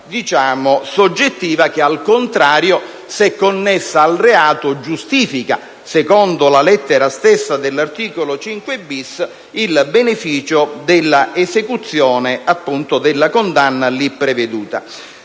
condizione soggettiva, che, al contrario, se connessa al reato, giustifica, secondo la lettera stessa dell'articolo 5-*bis*, il beneficio della esecuzione della condanna lì prevista.